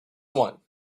one